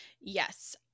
Yes